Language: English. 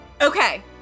okay